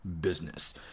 business